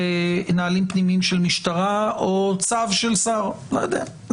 פנימיים של משטרה או צו של שר לא יודע,